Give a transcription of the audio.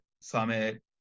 summit